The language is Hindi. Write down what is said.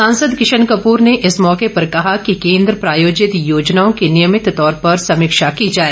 सांसद किशन कपूर ने इस मौके पर कहा कि केंद्र प्रायोजित योजनाओं की नियमित तौर पर समीक्षा की जाए